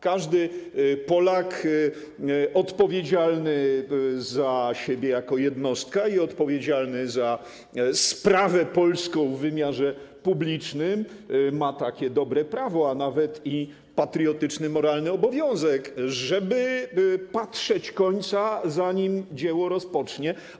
Każdy Polak odpowiedzialny za siebie jako jednostka i odpowiedzialny za sprawę polską w wymiarze publicznym ma takie dobre prawo, a nawet i patriotyczny, moralny obowiązek, żeby patrzeć końca, zanim dzieło rozpocznie.